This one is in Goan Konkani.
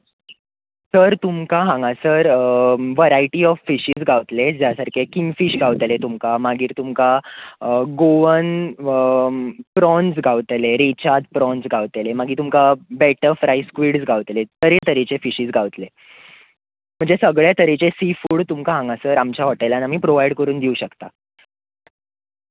सर तुमकां हांगासर वरायटी ऑफ फिशिस गावतले ज्या सारके किंगफीश गावतले तुमकां मागीर तुमकां गोवन प्रोन्स गावतले रेशाद प्रोन्स गावतले मागीर तुमकां बेटर फ्रायड स्क्विड्स गावतले तरे तरेचे फिशीस गावतले म्हणजे सगळें तरेचे सी फूड तुमकां हांगासर आमच्या हॉटेलांन आमी प्रोवायड करून दिवंक शकता